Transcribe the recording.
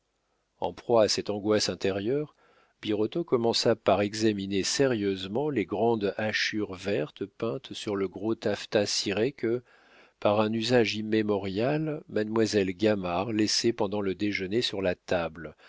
en proie à cette angoisse intérieure birotteau commença par examiner sérieusement les grandes hachures vertes peintes sur le gros taffetas ciré que par un usage immémorial mademoiselle gamard laissait pendant le déjeuner sur la table